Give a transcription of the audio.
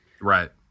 Right